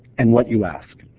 and what you ask.